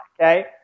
Okay